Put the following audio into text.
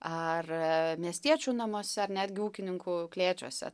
ar miestiečių namuose ar netgi ūkininkų klėčiuose